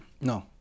No